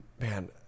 man